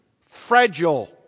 fragile